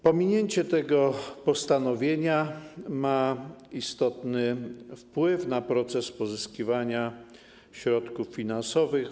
Pominięcie tego postanowienia ma istotny wpływ na proces pozyskiwania środków finansowych.